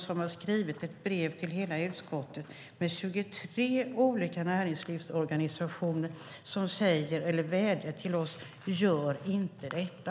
De har skrivit ett brev till hela utskottet, med 23 olika näringslivsorganisationer som vädjar till oss: Gör inte detta!